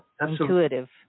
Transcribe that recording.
intuitive